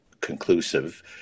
conclusive